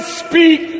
speak